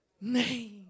name